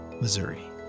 Missouri